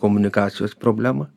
komunikacijos problema